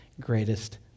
greatest